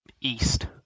East